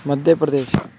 Madhya Pradesh